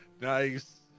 Nice